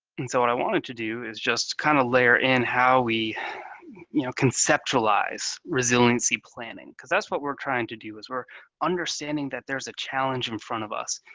and so what i wanted to do is just kind of layer in how we you know conceptualize resiliency planning. because that's what we're trying to do, is we're understanding that there's a challenge in front of us,